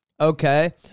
Okay